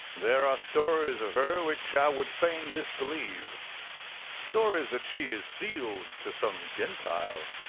there are stories of her which i would fain disbelieve stories that she is sealed to some gentile.